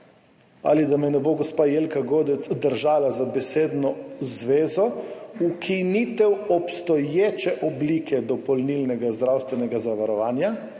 ali, da me ne bo gospa Jelka Godec držala za besedno zvezo, ukinitev obstoječe oblike dopolnilnega zdravstvenega zavarovanja.